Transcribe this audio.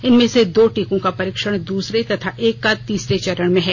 इनमें से दो टीकों का परीक्षण दुसरे तथा एक का तीसरे चरण में है